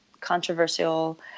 controversial